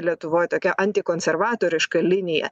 lietuvoj tokia anti konservatoriška linija